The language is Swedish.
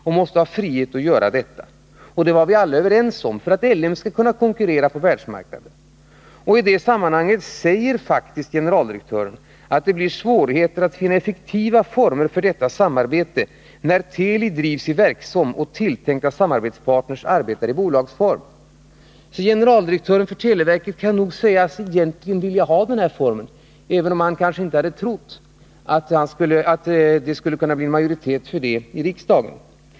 Det måste ha frihet att göra det bl.a. för att LM skall kunna konkurrera på världsmarknaden — det var vi alla överens om. I brevet säger faktiskt generaldirektören: ”Det blir svårigheter att finna effektiva former för detta samarbete när Teli drivs i verksform och tilltänkta samarbetspartners arbetar i bolagsform.” Generaldirektören för televerket kan alltså egentligen sägas vilja ha den form vi har föreslagit, även om han kanske inte hade trott att det skulle kunna bli en majoritet för det i riksdagen.